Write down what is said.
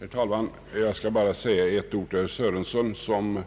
Herr talman! Jag skall bara säga ett par ord till herr Sörenson, som